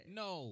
no